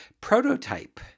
Prototype